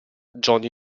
johnny